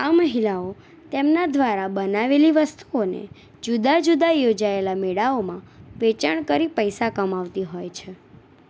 આ મહિલાઓ તેમના દ્વારા બનાવેલી વસ્તુઓને જુદા જુદા યોજાયેલા મેળાઓમાં વેચાણ કરી પૈસા કમાવતી હોય છે